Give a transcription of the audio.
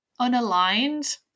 unaligned